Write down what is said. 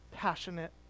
passionate